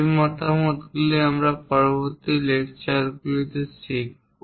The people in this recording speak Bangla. এই মতামতগুলি আমরা পরবর্তী লেকচারগুলিতে শিখব